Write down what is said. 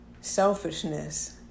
selfishness